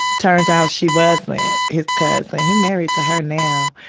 turns out she wasn't his cousin, and he married to her now.